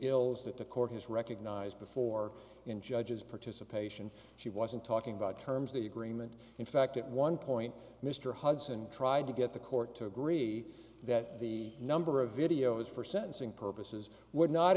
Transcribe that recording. ills that the court has recognized before in judges participation she wasn't talking about terms the agreement in fact at one point mr hudson tried to get the court to agree that the number of videos for sentencing purposes w